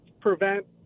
prevent